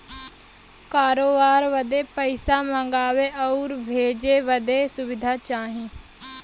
करोबार बदे पइसा मंगावे आउर भेजे बदे सुविधा चाही